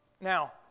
Now